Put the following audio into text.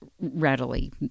readily